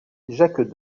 jacques